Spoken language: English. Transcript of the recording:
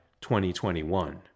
2021